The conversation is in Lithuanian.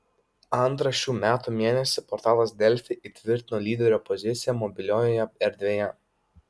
antrą šių metų mėnesį portalas delfi įtvirtino lyderio poziciją mobiliojoje erdvėje